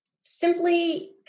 simply